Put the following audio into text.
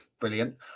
Brilliant